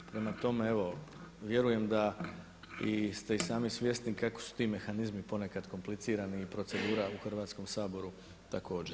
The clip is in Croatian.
Prema tome, evo vjerujem da ste i sami svjesni kako su ti mehanizmi ponekad komplicirani i procedura u Hrvatskom saboru također.